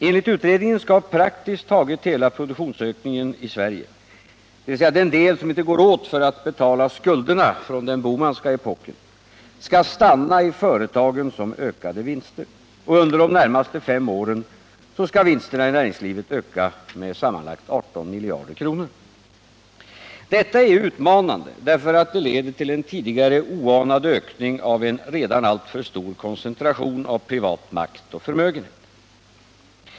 Enligt utredningen skall praktiskt taget hela produktionsökningen i Sverige, dvs. den del som inte går Åt för att betala skulderna från den Bohmanska epoken, stanna i företagen som ökade vinster, och under de närmaste fem åren skall vinsterna i näringslivet öka med sammanlagt 18 miljarder kronor. Detta är utmanande därför att det leder till en tidigare oanad ökning av en redan alltför stor koncentration av privat makt och förmögenhet.